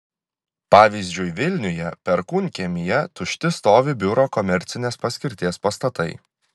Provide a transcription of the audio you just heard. pavyzdžiui vilniuje perkūnkiemyje tušti stovi biuro komercinės paskirties pastatai